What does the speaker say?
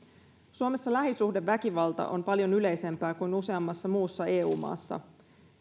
suomessa lähisuhdeväkivalta on paljon yleisempää kuin useammassa muussa eu maassa